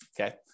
okay